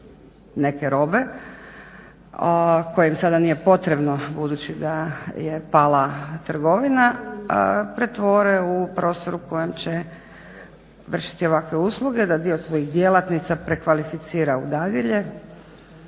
neke robe kojim sada nije potrebno budući da je pala trgovina pretvore u prostor u kojem će vršiti ovakve usluge, da dio svojih djelatnica prekvalificira u dadilje